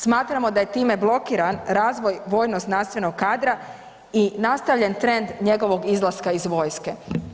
Smatramo da je time blokiran razvoj vojno-znanstvenog kadra i nastavljen trend njegovog izlaska iz vojske.